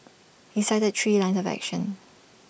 he cited three lines of action